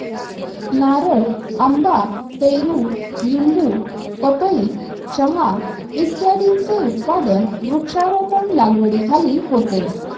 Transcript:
नारळ, आंबा, पेरू, लिंबू, पपई, चहा इत्यादींचे उत्पादन वृक्षारोपण लागवडीखाली होते